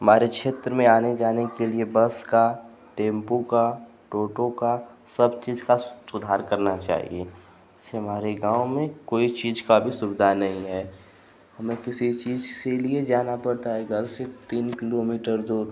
हमारे क्षेत्र में आने जाने के लिए बस का टेमपु का टोटो का सब चीज का सुधार करना चाहिए जिससे हमारे गाँव में कोई चीज का भी सुविधा नहीं है हमें किसी चीज से लिए जाना पड़ता है घर से तीन किलोमीटर दूर